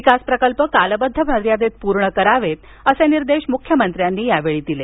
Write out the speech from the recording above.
विकास प्रकल्प कालबद्ध मर्यादेत पूर्ण करावेत असे निर्देश मुख्यमंत्र्यांनी यावेळी दिले